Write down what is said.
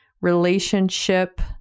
relationship